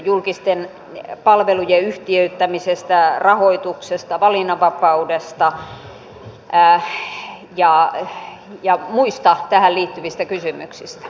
julkisten palvelujen yhtiöittämisestä rahoituksesta valinnanvapaudesta ja muista tähän liittyvistä kysymyksistä